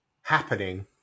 happening